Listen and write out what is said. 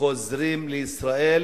חוזרים לישראל